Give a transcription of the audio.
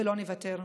ולא נוותר.